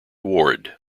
ward